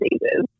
diseases